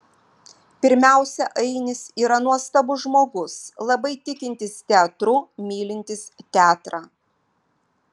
pirmiausia ainis yra nuostabus žmogus labai tikintis teatru mylintis teatrą